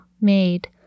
made